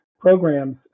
programs